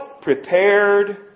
prepared